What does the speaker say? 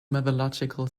mythological